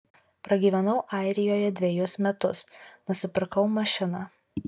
pragyvenau airijoje dvejus metus nusipirkau mašiną